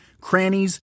crannies